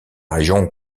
région